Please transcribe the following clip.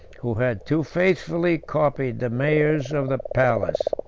who had too faithfully copied the mayors of the palace.